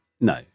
no